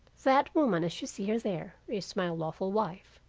that woman as you see her there is my lawful wife.